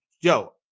Yo